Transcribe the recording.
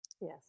Yes